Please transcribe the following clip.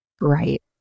right